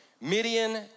Midian